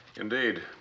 Indeed